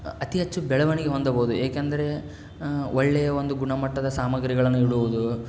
ಅತಿ ಹೆಚ್ಚು ಬೆಳವಣಿಗೆ ಹೊಂದಬಹುದು ಏಕೆಂದರೆ ಒಳ್ಳೆಯ ಒಂದು ಗುಣಮಟ್ಟದ ಸಾಮಗ್ರಿಗಳನ್ನು ಇಡುವುದು